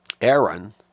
Aaron